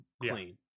clean